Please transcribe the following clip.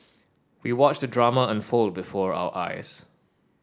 we watched the drama unfold before our eyes